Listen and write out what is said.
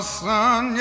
son